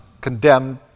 condemned